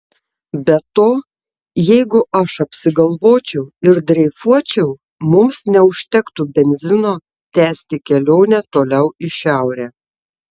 be to jeigu aš apsigalvočiau ir dreifuočiau mums neužtektų benzino tęsti kelionę toliau į šiaurę